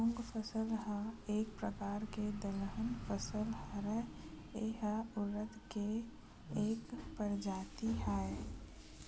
मूंग फसल ह एक परकार के दलहन फसल हरय, ए ह उरिद के एक परजाति आय